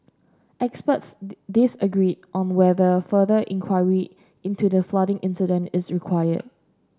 experts disagreed on whether further inquiry into the flooding incident is required